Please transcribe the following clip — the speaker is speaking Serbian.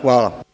Hvala.